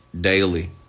daily